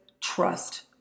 trust